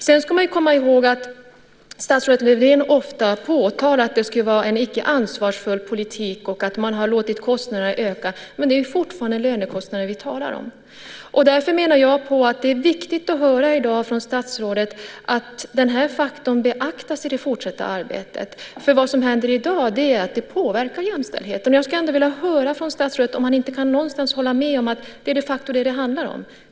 Sedan ska man komma ihåg att statsrådet Lövdén ofta påtalar att det skulle ha varit en icke ansvarsfull politik och att man har låtit kostnaderna öka. Men det är fortfarande lönekostnader vi talar om. Därför menar jag att det är viktigt att höra i dag från statsrådet att den här faktorn beaktas i det fortsatta arbetet, för det som händer i dag är att det påverkar jämställdheten. Jag skulle ändå vilja höra från statsrådet om han inte någonstans kan hålla med om att det de facto är det som det handlar om.